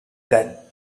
that